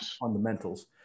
fundamentals